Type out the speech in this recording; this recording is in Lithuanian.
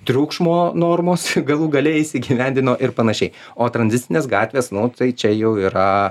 triukšmo normos galų gale jas įgyvendino ir panašiai o tranzitinės gatvės nu tai čia jau yra